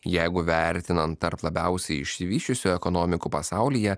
jeigu vertinant tarp labiausiai išsivysčiusių ekonomikų pasaulyje